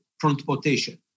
transportation